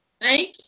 Thank